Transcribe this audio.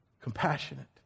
compassionate